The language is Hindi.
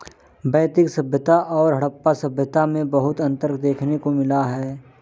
वैदिक सभ्यता और हड़प्पा सभ्यता में बहुत अन्तर देखने को मिला है